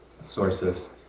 sources